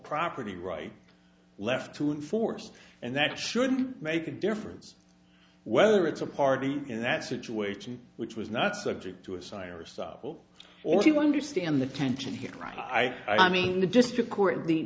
property right left to enforce and that shouldn't make a difference whether it's a party in that situation which was not subject to a cyrus of will or you wonder stand the tension here try i mean the district court the